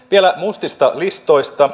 vielä mustista listoista